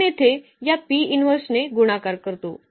आपण येथे या ने गुणाकार करतो